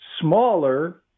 smaller